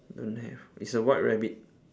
don't have it's a white rabbit